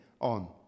on